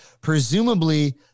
presumably